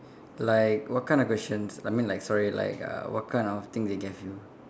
like what kind of questions I mean like sorry like uh what kind of thing they gave you